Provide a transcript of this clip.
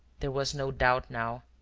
there was no doubt now.